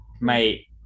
Mate